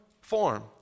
form